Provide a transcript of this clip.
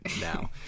now